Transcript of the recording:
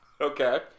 Okay